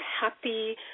happy